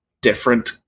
different